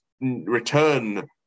return